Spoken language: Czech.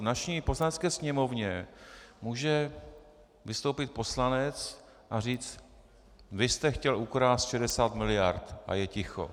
V naší Poslanecké sněmovně může vystoupit poslanec a říct: vy jste chtěl ukrást 60 miliard a je ticho!